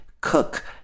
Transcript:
cook